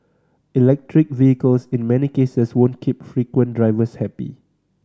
electric vehicles in many cases won't keep frequent drivers happy